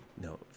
no